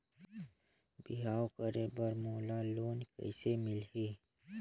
बिहाव करे बर मोला लोन कइसे मिलही?